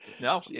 No